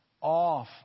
off